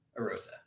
Arosa